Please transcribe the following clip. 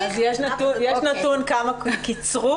אז יש נתון כמה קיצרו?